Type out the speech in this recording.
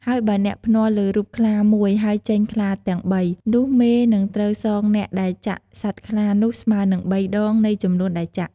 ហើយបើអ្នកភ្នាល់លើរូបខ្លាមួយហើយចេញខ្លាទាំងបី នោះមេនឹងត្រូវសងអ្នកដែលចាក់សត្វខ្លានោះស្មើនឹង ៣ដង នៃចំនួនដែលចាក់។